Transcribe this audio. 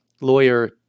lawyer